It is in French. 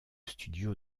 studio